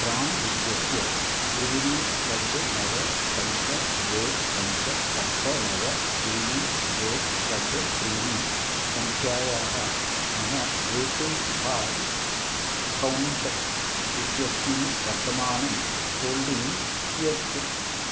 प्राण् इत्यस्य त्रीणि षड् नव पञ्च द्वे पञ्च सप्त नव त्रीणि द्वे षड् त्रीणि सङ्ख्यायाः मम ए पी व्हाय् अकौण्ट् इत्यस्मिन् वर्तमानं होल्डिङ्ग् कियत्